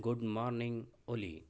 good morning اولی